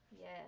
Yes